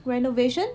renovation